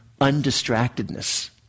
undistractedness